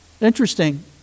Interesting